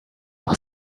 her